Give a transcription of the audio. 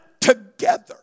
together